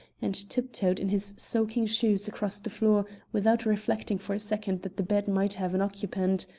and tiptoed in his soaking shoes across the floor without reflecting for a second that the bed might have an occupant.